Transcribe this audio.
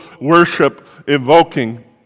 worship-evoking